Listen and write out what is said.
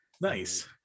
nice